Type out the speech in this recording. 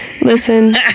Listen